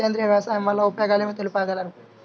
సేంద్రియ వ్యవసాయం వల్ల ఉపయోగాలు తెలుపగలరు?